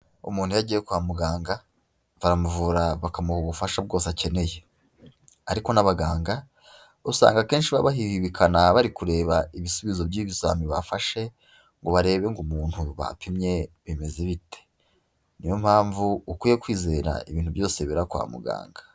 Umuntu iyo agiye kwa muganga baramuvura bakamuha ubufasha bwose akeneye, ariko n'abaganga usanga akenshi baba bahibibikana bari kureba ibisubizo by'ibizami bafashe ngo barebe ngo umuntu bapimye bimeze bite, niyo mpamvu ukwiye kwizera ibintu byose bibera kwa muganga.